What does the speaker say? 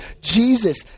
Jesus